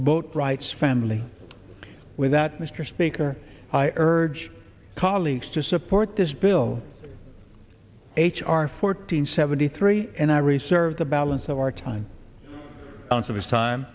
boat rights family with that mr speaker i urge colleagues to support this bill h r fourteen seventy three and i reserve the balance of our time until his time